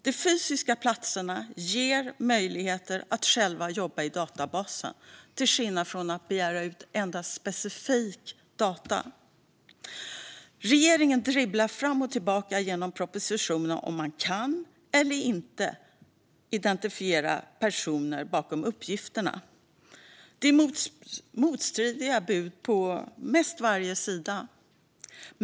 De fysiska platserna ger möjligheter att själv jobba i databasen till skillnad från att begära ut endast specifika data. Regeringen dribblar fram och tillbaka i propositionen i frågan om man kan eller inte kan identifiera personer bakom uppgifterna. Det är motstridiga bud på nästan varje sida.